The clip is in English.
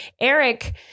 Eric